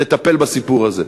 לטפל בסיפור הזה.